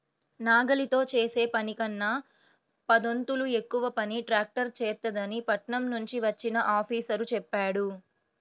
నాగలితో చేసే పనికన్నా పదొంతులు ఎక్కువ పని ట్రాక్టర్ చేత్తదని పట్నం నుంచి వచ్చిన ఆఫీసరు చెప్పాడు